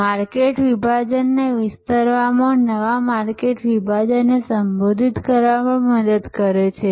તે માર્કેટ વિભાજનને વિસ્તારવામાં નવા માર્કેટ વિભાજનને સંબોધિત કરવામાં પણ મદદ કરે છે